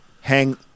hang